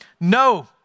No